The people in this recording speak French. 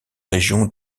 région